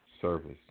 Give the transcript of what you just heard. service